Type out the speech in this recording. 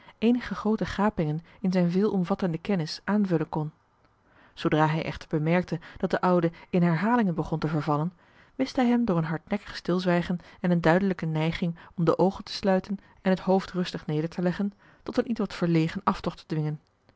eenige groote gapingen in zijn veelomvattende kennis aanvullen kon zoodra hij echter bemerkte dat de oude in herhalingen begon te vervallen wist hij hem door een hardnekkig stilzwijgen en een duidelijke neiging om de oogen te sluiten en het hoofd rustig nederteleggen tot een ietwat verlegen aftocht te dwingen